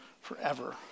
forever